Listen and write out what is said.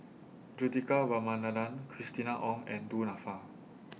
Juthika Ramanathan Christina Ong and Du Nanfa